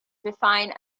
define